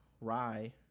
Rye